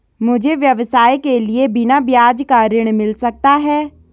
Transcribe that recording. मुझे व्यवसाय के लिए बिना ब्याज का ऋण मिल सकता है?